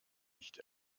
nicht